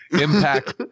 Impact